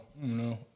No